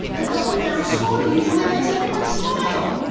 the double berry smoothie usually makes everyone smile.